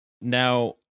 Now